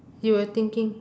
you were thinking